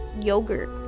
yogurt